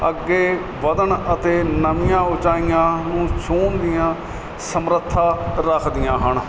ਅੱਗੇ ਵਧਣ ਅਤੇ ਨਵੀਆਂ ਉਚਾਈਆਂ ਨੂੰ ਛੂਣ ਦੀਆਂ ਸਮਰੱਥਾ ਰੱਖਦੀਆਂ ਹਨ